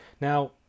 Now